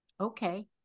Okay